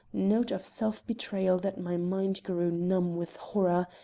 note of self-betrayal that my mind grew numb with horror,